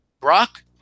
Brock